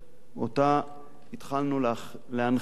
שאותה התחלנו להנחיל,